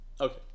Okay